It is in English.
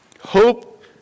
Hope